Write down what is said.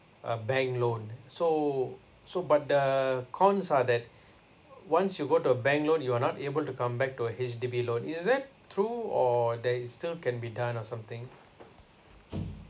a bank loan so so but the cons are that once you go to a bank loan you are not able to come back to a H_D_B loan is that true or that is still can be done or something